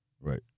right